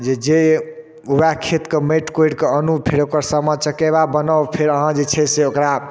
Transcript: जे जे वएह खेतके माटि कोरि कऽ आनू फेर ओकर सामा चकेबा बनाउ फेर अहाँ जे छै से ओकरा